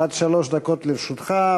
עד שלוש דקות לרשותך.